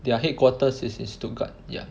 their headquarters is in Stuttgart ya